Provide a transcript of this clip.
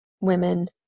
women